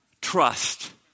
Trust